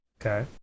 Okay